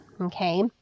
Okay